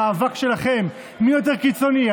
המאבק שלכם מי יותר קיצוני,